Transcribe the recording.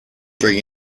bring